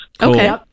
Okay